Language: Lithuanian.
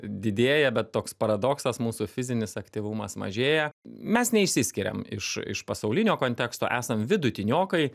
didėja bet toks paradoksas mūsų fizinis aktyvumas mažėja mes neišsiskiriam iš iš pasaulinio konteksto esam vidutiniokai